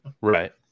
Right